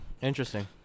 Interesting